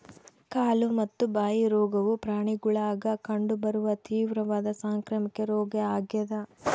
ಕಾಲು ಮತ್ತು ಬಾಯಿ ರೋಗವು ಪ್ರಾಣಿಗುಳಾಗ ಕಂಡು ಬರುವ ತೀವ್ರವಾದ ಸಾಂಕ್ರಾಮಿಕ ರೋಗ ಆಗ್ಯಾದ